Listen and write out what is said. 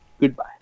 goodbye